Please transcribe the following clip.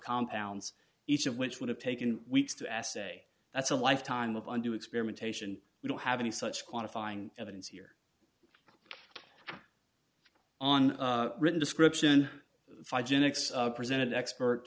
compounds each of which would have taken weeks to assaye that's a life time of on to experimentation we don't have any such quantifying evidence here on written description presented expert